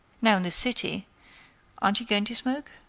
now, in the city aren't you going to smoke?